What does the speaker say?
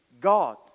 God